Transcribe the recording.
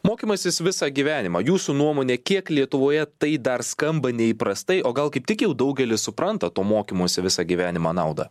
mokymasis visą gyvenimą jūsų nuomone kiek lietuvoje tai dar skamba neįprastai o gal kaip tik jau daugelis supranta to mokymosi visą gyvenimą naudą